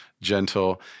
gentle